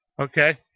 Okay